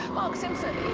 mark simpson